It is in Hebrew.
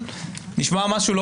נשמע משהו קטן,